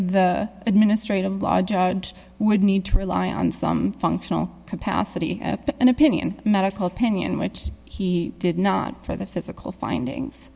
administrative law judge would need to rely on some functional capacity and opinion medical opinion which he did not for the physical findings